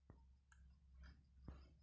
गुलाब की वृद्धि कैसे बढ़ाई जाए?